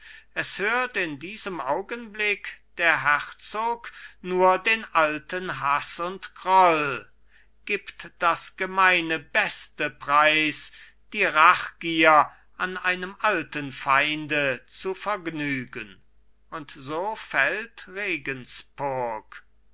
es hört in diesem augenblick der herzog nur den alten haß und groll gibt das gemeine beste preis die rachgier an einem alten feinde zu vergnügen und so fällt regenspurg